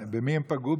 ובמי הם פגעו?